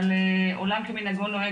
אבל עולם כמנהגו נוהג,